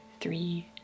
three